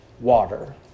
water